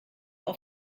auf